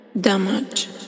damage